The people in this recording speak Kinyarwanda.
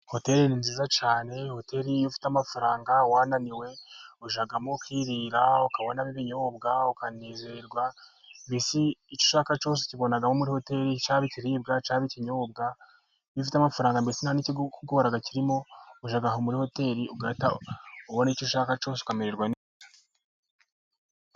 Hoteli ni nziza cyane. Hoteli iyo ufite amafaranga wananiwe, ujyamo ukirira, ukabona ibinyobwa ukanezerwa. Mbese icyo ushaka cyose ukibonamo muri hoteli, cyaba ikiribwa, cyaba ikinyobwa, iyo ufite amafaranga mbese ntanikikugora kirimo. ujya aha muri hoteli ukabona icyo ushaka cyose, ukamererwa neza.